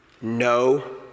no